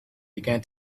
began